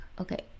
okay